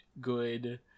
good